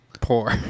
poor